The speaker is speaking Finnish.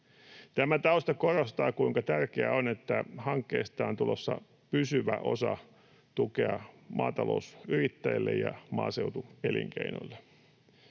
Tämä tausta korostaa, kuinka tärkeää on, että hankkeesta on tulossa pysyvä osa tukea maatalousyrittäjille ja maaseutuelinkeinolle.